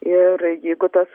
ir jeigu tas